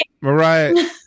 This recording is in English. mariah